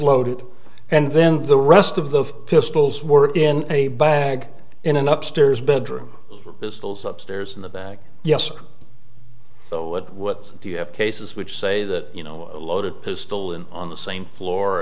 loaded and then the rest of the pistols were in a bag in an up stairs bedroom is those up stairs in the back yes so what do you have cases which say that you know a loaded pistol in on the same floor